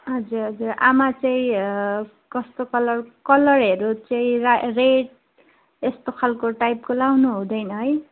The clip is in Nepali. हजुर हजुर आमा चाहिँ कस्तो कलर कलरहरू चाहिँ रा रेड यस्तो खालको टाइपको लाउनु हुँदैन है